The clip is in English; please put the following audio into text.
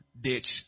ditch